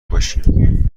باشیم